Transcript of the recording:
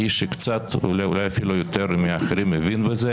כאיש שקצת ואולי אפילו קצת יותר מאחרים מבין בזה